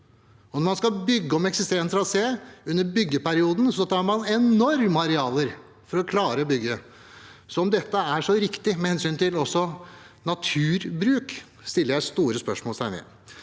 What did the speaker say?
fordi man skal bygge om eksisterende trasé. I byggeperioden tar man enorme arealer for å klare å bygge. Så om dette er så riktig med hensyn til bruk av naturen, setter jeg store spørsmålstegn